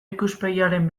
ikuspegiaren